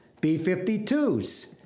B-52s